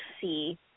see